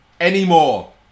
anymore